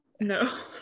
No